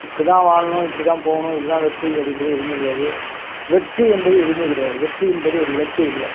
இப்படிதான் வாழணும் இப்படிதான் போகணும் இதுதான் வெற்றி அப்படி என்பது எதுமே கிடையாது வெற்றி என்பது எதுமே கிடையாது வெற்றி என்பது ஒரு இலக்கே இல்லை